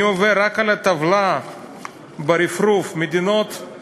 אני רק עובר על הטבלה ברפרוף: המדינות,